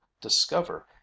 discover